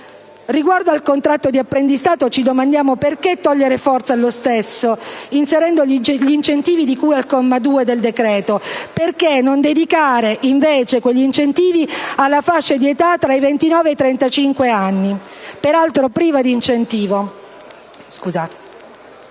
Riguardo al contratto di apprendistato, ci domandiamo: perché togliere forza allo stesso inserendo gli incentivi di cui al comma 2 del decreto? Perché non dedicare invece quegli incentivi alla fascia di età compresa tra i 29 e i 35 anni,